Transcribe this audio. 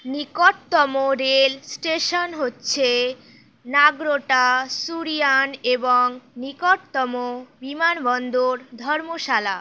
নিকটতম rail station হচ্ছে নাগরোটা সুরিয়ান এবং নিকটতম বিমানবন্দর ধর্মশালা